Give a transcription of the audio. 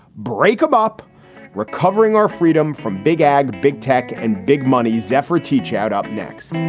break um up recovering our freedom from big ag, big tech and big money, zephyr teachout, up next.